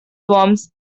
worms